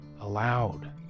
allowed